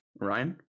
Ryan